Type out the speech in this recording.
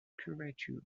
curvature